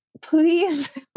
please